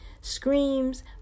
screams